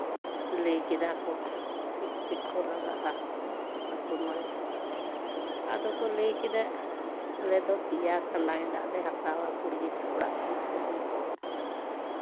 ᱞᱟᱹᱭ ᱠᱮᱫᱟ ᱠᱚ ᱪᱮᱫ ᱪᱮᱫ ᱠᱚ ᱞᱟᱜᱟᱜᱼᱟ ᱟᱛᱳ ᱢᱚᱬᱮ ᱦᱚᱲ ᱟᱫᱚ ᱠᱚ ᱞᱟᱹᱭ ᱠᱮᱫᱟ ᱟᱞᱮ ᱫᱚ ᱯᱮᱭᱟ ᱠᱷᱟᱰᱟ ᱜᱮᱫᱟᱜ ᱞᱮ ᱦᱟᱛᱟᱣᱟ ᱠᱩᱲᱤ ᱜᱤᱫᱽᱨᱟᱹ ᱚᱲᱟᱜ ᱠᱷᱚᱱᱟᱜ ᱠᱚ ᱞᱟᱹᱭ ᱠᱮᱫᱟ